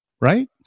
right